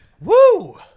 Woo